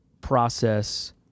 process